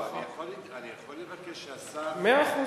לא, אני יכול לבקש שהשר הממונה, מאה אחוז.